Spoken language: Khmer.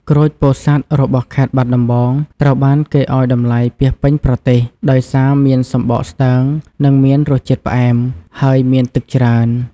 ក្រូចពោធិ៍សាត់របស់ខេត្តបាត់ដំបង ត្រូវបានគេឱ្យតម្លៃពាសពេញប្រទេស ដោយសារមានសំបកស្តើង និងមានរសជាតិផ្អែម ហើយមានទឹកច្រើន។